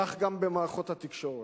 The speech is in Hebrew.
כך גם במערכות התקשורת.